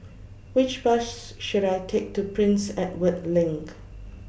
Which Bus should I Take to Prince Edward LINK